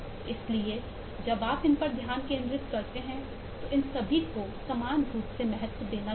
इसलिए जब आप इन पर ध्यान केंद्रित करते हैं तो इन सभी को समान रूप से महत्व देना चाहिए